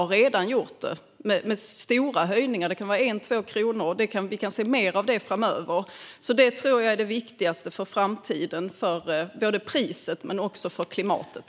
Det har redan skett stora höjningar - med 1 eller 2 kronor - och vi kan få se mer av det framöver. Detta tror jag är det viktigaste för framtiden, för både priset och klimatet.